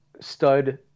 stud